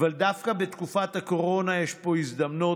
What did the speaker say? אבל דווקא בתקופת הקורונה יש פה הזדמנות,